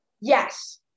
Yes